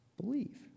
believe